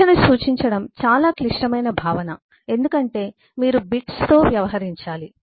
సంఖ్యను సూచించడం చాలా క్లిష్టమైన భావన ఎందుకంటే మీరు బిట్స్తో వ్యవహరించాలి